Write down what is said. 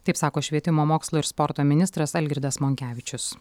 taip sako švietimo mokslo ir sporto ministras algirdas monkevičius